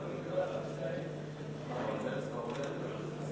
דומייה, יש הבדל.